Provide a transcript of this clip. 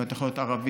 אתה יכול להיות ערבי,